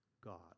God